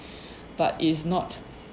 but it is not